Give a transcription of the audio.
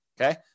Okay